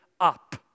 up